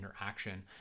interaction